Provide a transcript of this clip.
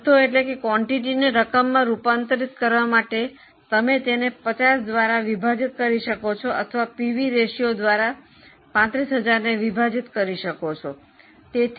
જથ્થાને રકમમાં રૂપાંતરિત કરવા માટે તમે તેને 50 દ્વારા વિભાજિત કરી શકો છો અથવા પીવી રેશિયો દ્વારા 35000 ને વિભાજીત કરી શકો છો